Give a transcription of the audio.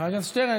חבר הכנסת שטרן,